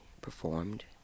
performed